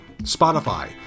Spotify